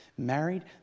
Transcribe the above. Married